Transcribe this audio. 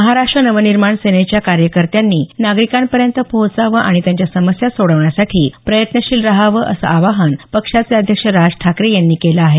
महाराष्ट्र नवनिर्माण सेनेच्या कार्यकर्त्यांनी नागरिकांपर्यंत पोहचावं आणि त्यांच्या समस्या सोडवण्यासाठी प्रयत्नशील राहावं असं आवाहन पक्षाचे अध्यक्ष राज ठाकरे यांनी केलं आहे